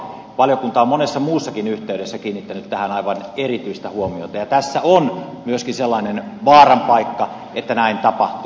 valiokunta on monessa muussakin yhteydessä kiinnittänyt tähän aivan erityistä huomiota ja tässä on myöskin sellainen vaaran paikka että näin tapahtuu